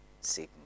sigma